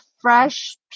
fresh